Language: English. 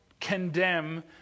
condemn